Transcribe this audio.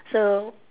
so